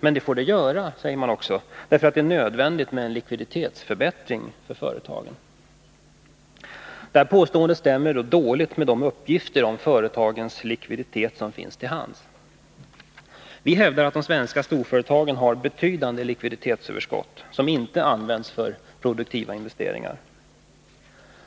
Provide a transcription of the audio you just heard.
Men det får det göra, säger man också, därför att det är nödvändigt med en likviditetsförbättring på företagen. Detta påstående stämmer dåligt med de uppgifter om företagens likviditet som finns till hands. Vi hävdar att de svenska storföretagen har betydande likviditetsöverskott som inte används för produktiva investeringar.